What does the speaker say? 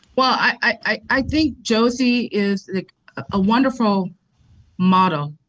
well, i think josey is like a wonderful model,